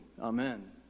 Amen